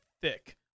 thick